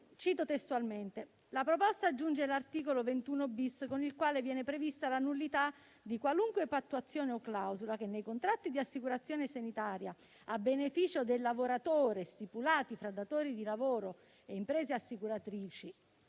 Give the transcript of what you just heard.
- aggiunge l'articolo 21-*bis*, con il quale viene prevista la nullità di «qualunque pattuizione o clausola che, nei contratti di assicurazione sanitaria a beneficio del lavoratore stipulati fra datori di lavoro e imprese assicuratrici,